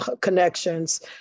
connections